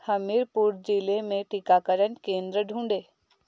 हमीरपुर ज़िले में टीकाकरण केंद्र ढूँढें